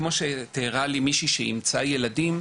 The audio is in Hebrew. כמו שתיארה לי מישהי שאימצה ילדים,